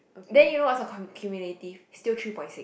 then you know what's her con~ cumulative still three point six